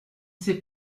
sais